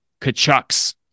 Kachucks